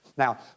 Now